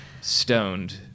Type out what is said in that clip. stoned